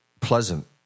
pleasant